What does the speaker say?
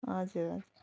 हजुर